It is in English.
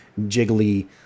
jiggly